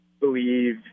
believe